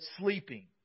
sleeping